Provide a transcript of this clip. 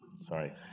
sorry